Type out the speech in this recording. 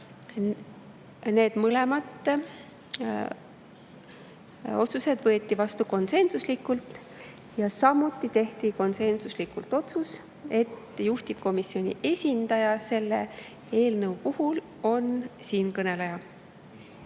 Mõlemad otsused võeti vastu konsensuslikult. Samuti tehti konsensuslikult otsus, et juhtivkomisjoni esindaja selle eelnõu puhul on siinkõneleja.